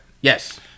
Yes